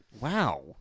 Wow